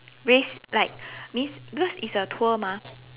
race like needs because it's a tour mah